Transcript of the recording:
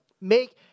make